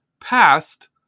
past